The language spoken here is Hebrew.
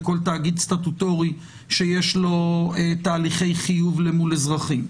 לכל תאגיד סטטוטורי שיש לו תהליכי חיוב אל מול אזרחים.